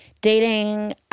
dating